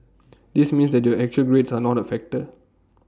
this means that your actual grades are not A factor